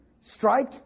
Strike